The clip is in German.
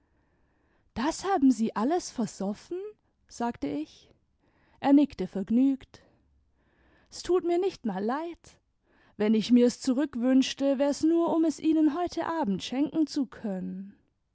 das haben sie alles versoffen sagte ich er nickte vergnügt s tut mir nicht mal leid wenn ich mir s zurückwünschte wär's nur um es ihnen heute abend schenken zu können